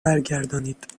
برگردانید